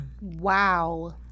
Wow